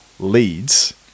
leads